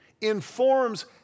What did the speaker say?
informs